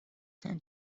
tend